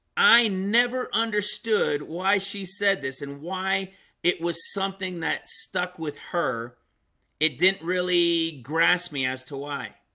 i never understood why she said this and why it was something that stuck with her it didn't really grasp me as to why